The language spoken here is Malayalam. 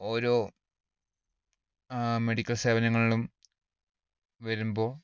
ഓരോ മെഡിക്കൽ സേവനങ്ങളിലും വരുമ്പോൾ